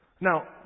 Now